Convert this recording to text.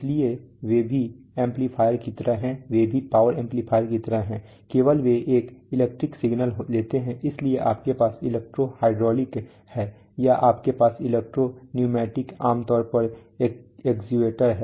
इसलिए वे भी एम्पलीफायर की तरह हैं वे भी पावर एम्पलीफायरों की तरह हैं केवल वे एक इलेक्ट्रिक सिग्नल लेते हैं इसलिए आपके पास इलेक्ट्रो हाइड्रोलिक है या आपके पास इलेक्ट्रो न्यूमैटिक आमतौर पर एक्ट्यूएटर्स हैं